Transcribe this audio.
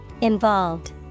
Involved